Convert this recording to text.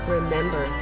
Remember